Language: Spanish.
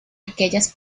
aquellas